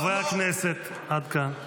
חברי הכנסת, עד כאן.